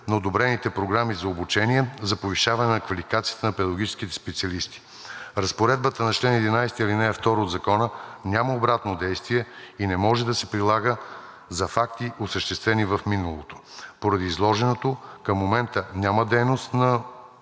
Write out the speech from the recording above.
на одобрените програми за обучение за повишаване на квалификацията на педагогическите специалисти. Разпоредбата на чл. 11, ал. 2 от Закона няма обратно действие и не може да се прилага за факти, осъществени в миналото. Поради изложеното към момента няма дейност на